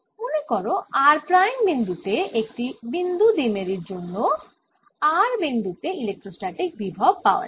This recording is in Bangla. মনে কর r প্রাইম বিন্দুতে একটি বিন্দু দ্বিমেরুর জন্য r বিন্দুতে ইলেক্ট্রোস্ট্যাটিক বিভব পাওয়া যায়